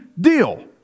Deal